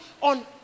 on